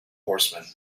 horsemen